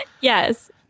Yes